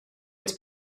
its